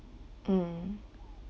mm